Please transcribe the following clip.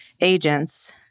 agents